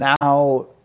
now